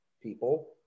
people